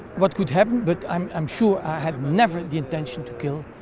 what could happen but i'm um sure had never the intention to kill